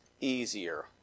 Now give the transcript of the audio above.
easier